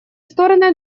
стороны